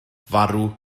farw